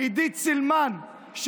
עידית סילמן,